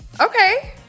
okay